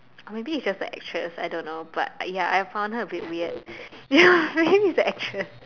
or maybe it's just the actress I don't know but ya I found her a bit weird ya maybe it's the actress